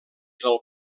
del